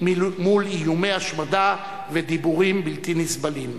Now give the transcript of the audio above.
מול איומי השמדה ודיבורים בלתי נסבלים.